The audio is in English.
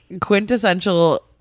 quintessential